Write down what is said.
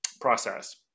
process